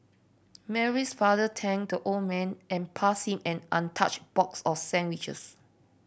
Mary's father thanked the old man and passed him an untouched box of sandwiches